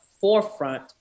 forefront